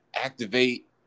activate